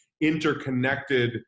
interconnected